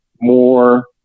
more